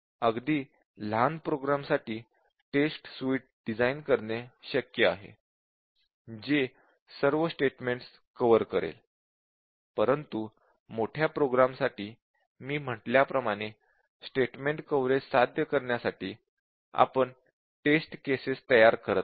अगदी लहान प्रोग्रामसाठी टेस्ट सुइट डिझाइन करणे शक्य आहे जे सर्व स्टेटमेंट्स कव्हर करेल परंतु मोठ्या प्रोग्रामसाठी मी म्हटल्याप्रमाणे स्टेटमेंट कव्हरेज साध्य करण्यासाठी आपण टेस्ट केसेस तयार करत नाही